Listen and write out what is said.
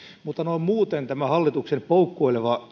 mutta noin muuten tämä hallituksen poukkoileva